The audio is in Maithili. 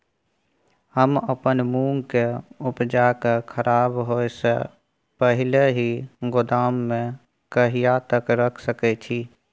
हम अपन मूंग के उपजा के खराब होय से पहिले ही गोदाम में कहिया तक रख सके छी?